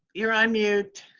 you're on mute.